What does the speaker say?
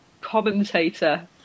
Commentator